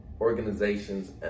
organizations